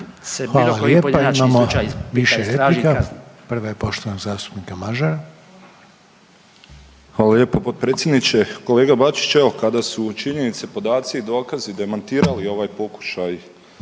Hvala lijepo, imamo više replika. Prva je poštovanog zastupnika Mažara. **Mažar, Nikola (HDZ)** Hvala lijepo potpredsjedniče. Kolega Bačić, evo kada su činjenice, podaci i dokazi demantirali ovaj pokušaj